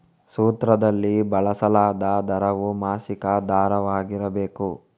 ಸೂತ್ರದಲ್ಲಿ ಬಳಸಲಾದ ದರವು ಮಾಸಿಕ ದರವಾಗಿರಬೇಕು